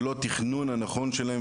ללא התכנון הנכון שלהם,